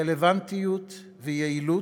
רלוונטיות ויעילות,